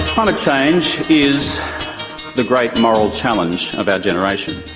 climate change is the great moral challenge of our generation.